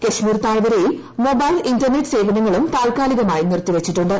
കശ്മീർ താഴ്വരയിൽ mobile internet സേവനങ്ങളും താൽക്കാലിമായി നിർത്തിവച്ചിട്ടുണ്ട്